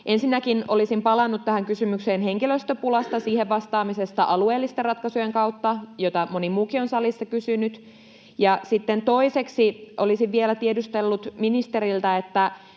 Ensinnäkin olisin palannut tähän kysymykseen henkilöstöpulasta ja siihen vastaamisesta alueellisten ratkaisujen kautta, jota moni muukin on salissa kysynyt. Sitten toiseksi olisin vielä tiedustellut ministeriltä: miten